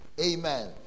Amen